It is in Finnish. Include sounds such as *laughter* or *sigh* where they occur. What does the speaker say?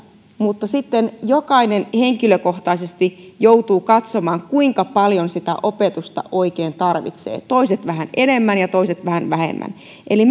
mutta sitten jokainen henkilökohtaisesti joutuu katsomaan kuinka paljon sitä opetusta oikein tarvitsee toiset vähän enemmän ja toiset vähän vähemmän eli *unintelligible*